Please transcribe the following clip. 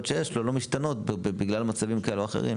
שיש לו לא משתנות בגלל מצבים כאלה או אחרים.